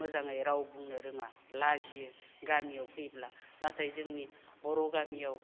मोजाङै राव बुंनो रोङा लाजियो गामियाव फैब्ला नाथाय जोंनि बर' गामियाव